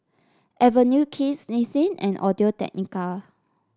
Avenue Kids Nissin and Audio Technica